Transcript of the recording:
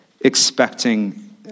expecting